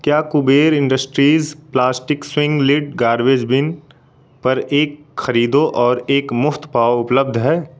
क्या Kuber industries plastic swing lid garbage bin पर एक खरीदो और एक मुफ़्त पाओ उपलब्ध है